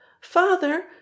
Father